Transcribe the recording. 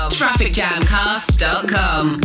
trafficjamcast.com